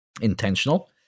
intentional